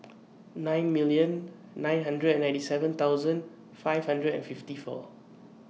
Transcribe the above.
nine million nine hundred and ninety seven thousand five hundred and fifty four